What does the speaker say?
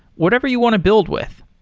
whatever you want to build with.